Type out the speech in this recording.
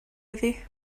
iddi